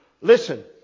listen